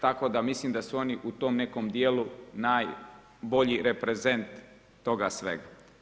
Tako da mislim da su oni u tom nekom dijelu najbolji reprezent toga svega.